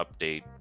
update